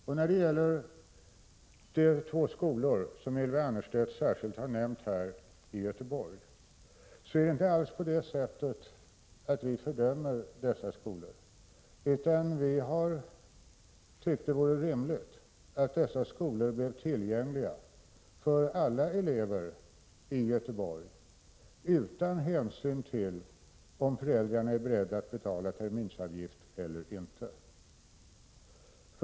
De två skolor i Göteborg som Ylva Annerstedt har nämnt särskilt fördömer vi inte alls, utan vi har tyckt att det vore rimligt att dessa skolor blev tillgängliga för alla elever i Göteborg, utan hänsyn till om föräldrarna är beredda att betala terminsavgift eller inte.